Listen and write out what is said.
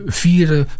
vierde